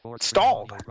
stalled